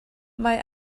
mae